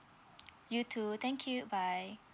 you too thank you bye